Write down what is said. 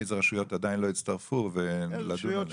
איזה רשויות עדיין לא הצטרפו ולדון בהן.